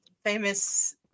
Famous